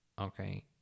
Okay